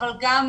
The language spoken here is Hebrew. אבל זהו גם